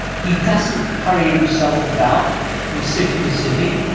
he doesn't hurry himself about from city to city.